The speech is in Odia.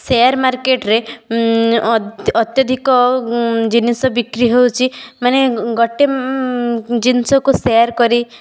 ସେୟାର ମାର୍କେଟ ରେ ଅତ୍ୟଧିକ ଜିନିଷ ବିକ୍ରୀ ହେଉଛି ମାନେ ଗୋଟେ ଜିନିଷ କୁ ସେୟାର କରି